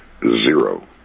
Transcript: Zero